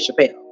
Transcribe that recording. Chappelle